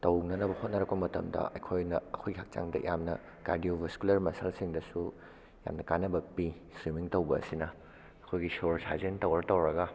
ꯇꯧꯅꯅꯕ ꯍꯣꯠꯅꯔꯛꯄ ꯃꯇꯝꯗ ꯑꯩꯈꯣꯏꯅ ꯑꯩꯈꯣꯏꯒꯤ ꯍꯛꯆꯥꯡꯗ ꯌꯥꯝꯅ ꯀꯥꯔꯗꯤꯑꯣꯕꯥꯁꯀꯨꯂꯔ ꯃꯁꯜꯁꯤꯡꯗꯁꯨ ꯌꯥꯝꯅ ꯀꯥꯟꯅꯕ ꯄꯤ ꯁ꯭ꯋꯤꯃꯤꯡ ꯇꯧꯕ ꯑꯁꯤꯅ ꯑꯩꯈꯣꯏꯒꯤ ꯁꯣꯔ ꯁꯥꯖꯦꯟ ꯇꯧꯔ ꯇꯧꯔꯒ